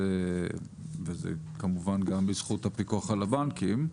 זה כמובן גם בזכות הפיקוח על הבנקים,